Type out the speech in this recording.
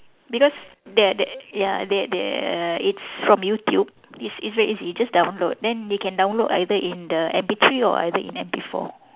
because there there ya there there uh it's from YouTube it's it's very easy just download then they can download either in the M_P three or either in M_P four